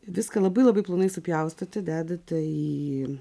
viską labai labai plonai supjaustote dedate į